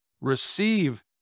receive